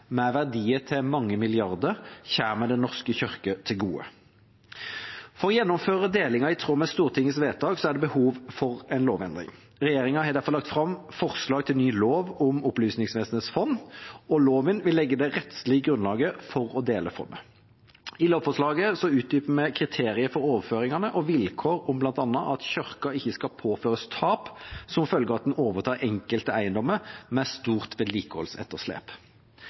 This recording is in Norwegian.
med verdier til mange milliarder kroner, kommer Den norske kirke til gode. For å gjennomføre delinga i tråd med Stortingets vedtak er det behov for en lovendring. Regjeringa har derfor lagt fram forslag til ny lov om Opplysningsvesenets fond, og loven vil legge det rettslige grunnlaget for å dele fondet. I lovforslaget utdyper vi kriterier for overføringene og vilkår om bl.a. at kirka ikke skal påføres tap som følge av at den overtar enkelte eiendommer med stort vedlikeholdsetterslep.